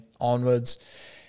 onwards